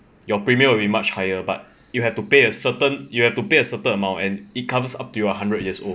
your premium will be much higher but you have to pay a certain you have to pay a certain amount and it comes up till you are a hundred years old